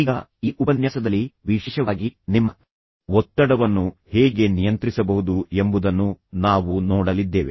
ಈಗ ಈ ಉಪನ್ಯಾಸದಲ್ಲಿ ವಿಶೇಷವಾಗಿ ನಿಮ್ಮ ಒತ್ತಡವನ್ನು ಹೇಗೆ ನಿಯಂತ್ರಿಸಬಹುದು ಎಂಬುದನ್ನು ನಾವು ನೋಡಲಿದ್ದೇವೆ